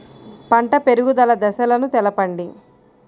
పంట పెరుగుదల దశలను తెలపండి?